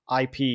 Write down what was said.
IP